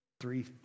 three